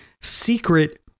secret